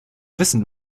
wissen